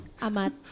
Amat